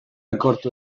ikertu